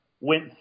went